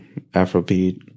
Afrobeat